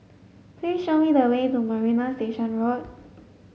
please show me the way to Marina Station Road